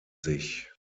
sich